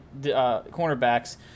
cornerbacks